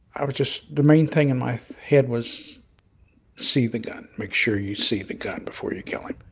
i was just the main thing in my head was see the gun. make sure you see the gun before you kill him